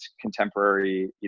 contemporary